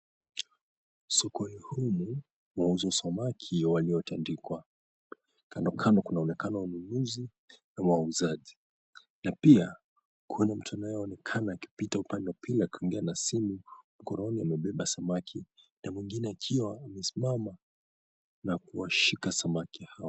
Sokoni humu, wauza samaki waliotandikwa. Kando kando kunaonekana wanunuzi na wauzaji na pia kuna mtu anayeonekana akipita upande wa pili akiongea na simu, mkononi amebeba samaki na mwengine akiwa amesimama na kuwashika samaki hao.